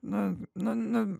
nu nu nu